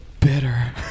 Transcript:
bitter